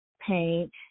paint